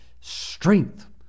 strength